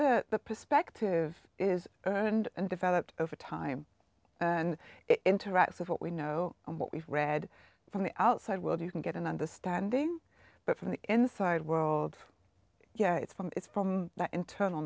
the perspective is and and developed over time and it interacts with what we know what we've read from the outside world you can get an understanding but from the inside world yeah it's from it's from internal